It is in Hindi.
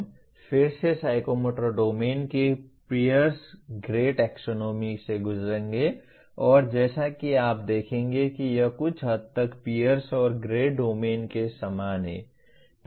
हम फिर से साइकोमोटर डोमेन के पियर्स ग्रे टैक्सोनॉमी से गुज़रेंगे और जैसा कि आप देखेंगे कि यह कुछ हद तक पियर्स और ग्रे डोमेन के समान है